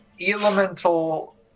elemental